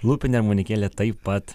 lūpinė armonikėlė taip pat